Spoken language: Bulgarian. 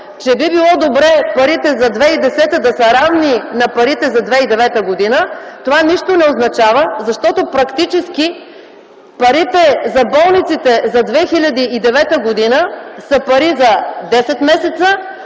че би било добре парите за 2010 г. да бъдат равни на парите за 2009 г., това нищо не означава, защото практически парите за болниците за 2009 г. са пари за десет месеца,